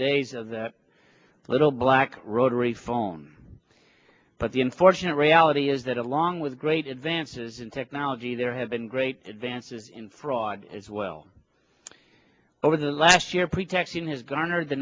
days of that little black rotary phone but the unfortunate reality is that along with great advances in technology there have been great advances in fraud as well over the last year pretexting has garnered the